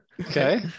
Okay